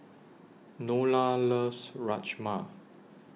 Nola loves Rajma